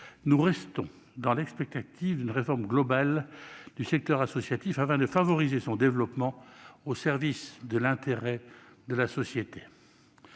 nous restons dans l'expectative d'une réforme globale du secteur associatif, afin de favoriser son développement au service de la société.